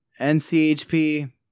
NCHP